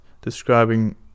describing